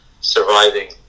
surviving